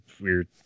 weird